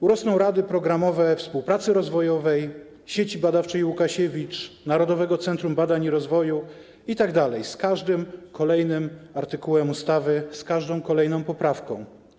Urosną rady programowe Współpracy Rozwojowej, Sieci Badawczej Łukasiewicz, Narodowego Centrum Badań i Rozwoju itd., z każdym kolejnym artykułem ustawy, z każdą kolejną poprawką.